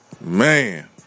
man